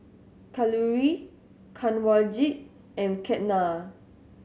Kalluri Kanwaljit and Ketna